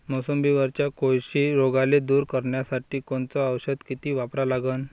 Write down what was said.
मोसंबीवरच्या कोळशी रोगाले दूर करासाठी कोनचं औषध किती वापरा लागन?